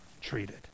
treated